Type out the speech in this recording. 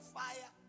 fire